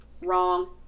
wrong